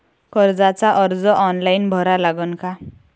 कर्जाचा अर्ज ऑनलाईन भरा लागन का?